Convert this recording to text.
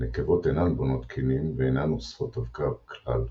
הנקבות אינן בונות קנים ואינן אוספות אבקה כלל,